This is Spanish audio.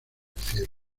cielo